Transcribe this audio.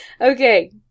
Okay